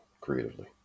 creatively